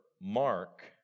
Mark